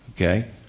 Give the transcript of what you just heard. Okay